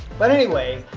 but anyway,